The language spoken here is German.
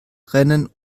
rennen